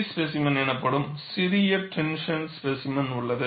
specimen எனப்படும் சிறிய tension specimen உள்ளது